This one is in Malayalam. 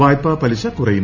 വായ്പാ പലിശ കുറയും